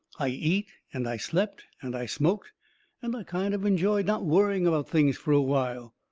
i eat and i slept and i smoked and i kind of enjoyed not worrying about things fur a while.